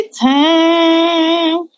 time